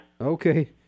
Okay